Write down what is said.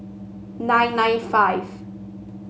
nine nine five